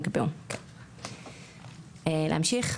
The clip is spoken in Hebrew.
להמשיך?